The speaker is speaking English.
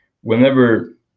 whenever